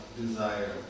desire